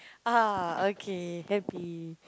ah okay happy